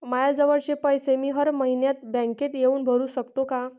मायाजवळचे पैसे मी हर मइन्यात बँकेत येऊन भरू सकतो का?